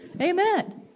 amen